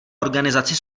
organizaci